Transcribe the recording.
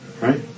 Right